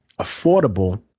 affordable